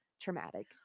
traumatic